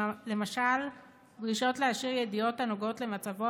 למשל דרישות להשאיר ידיעות הנוגעות למצבו